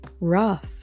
rough